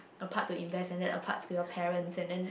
a part to invest and then a part to your parents and then